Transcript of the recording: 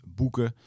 boeken